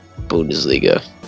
Bundesliga